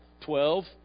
Twelve